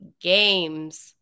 games